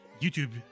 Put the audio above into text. youtube